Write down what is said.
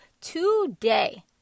today